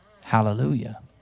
Hallelujah